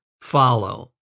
follow